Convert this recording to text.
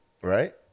right